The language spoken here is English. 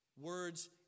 Words